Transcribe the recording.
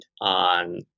on